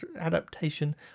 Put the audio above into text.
adaptation